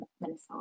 Minnesota